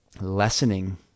lessening